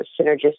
synergistic